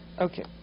Okay